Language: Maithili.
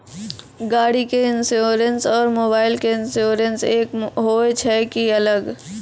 गाड़ी के इंश्योरेंस और मोबाइल के इंश्योरेंस एक होय छै कि अलग?